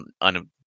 on